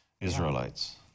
Israelites